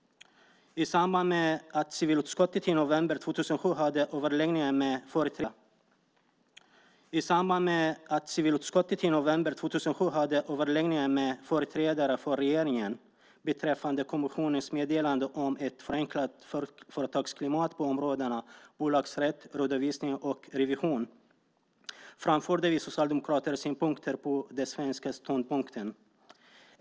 I samband med att civilutskottet i november 2007 hade överläggningar med företrädare för regeringen beträffande kommissionens meddelande om ett förenklat företagsklimat på områdena bolagsrätt, redovisning och revision framförde vi socialdemokrater synpunkter på den svenska ståndpunkten.